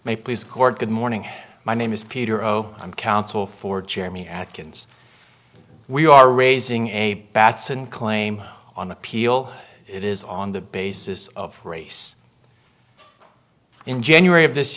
may please cord good morning my name is peter o m counsel for cherami atkins we are raising a batson claim on appeal it is on the basis of race in january of this